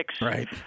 Right